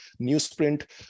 newsprint